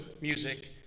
music